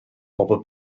bobl